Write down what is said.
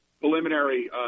preliminary